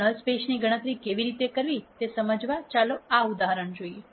તો નલ સ્પેસની ગણતરી કેવી રીતે કરવી તે સમજવા ચાલો આ ઉદાહરણ જોઈએ